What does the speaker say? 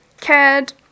cared